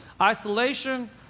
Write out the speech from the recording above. Isolation